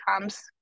comes